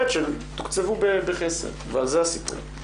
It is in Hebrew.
שנית, שתוקצבו בכסף ועל זה הסיפור.